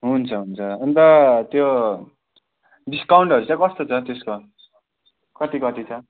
हुन्छ हुन्छ अन्त त्यो डिस्काउन्टहरू चाहिँ कस्तो छ त्यसको कति कति छ